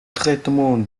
traitement